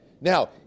Now